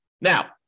Now